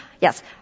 Yes